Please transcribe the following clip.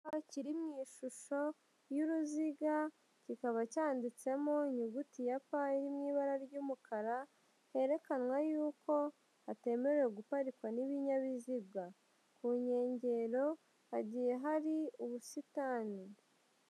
Icyapa kiri mu ishusho y'uruziga kikaba cyanditsemo inyuguti ya P iri mu ibara ry'umukara herekanwa y'uko hatemerewe guparikwa n'ibinyabiziga, ku nkengero hagiye hari ubushitani.